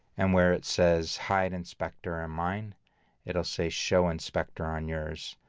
and where it says hide inspector in mine it'll say show inspector on yours,